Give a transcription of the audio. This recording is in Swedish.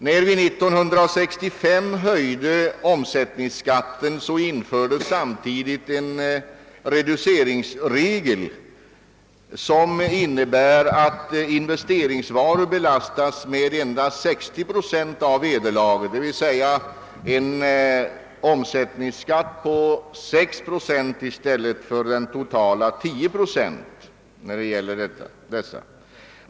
När vi 1965 höjde omsättningsskatten infördes samtidigt en reduceringsregel innebärande att investeringsvaror belastas med endast 60 procent av vederlaget, d.v.s. en oms på 6 procent i stället för det totala 10 procent.